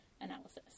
analysis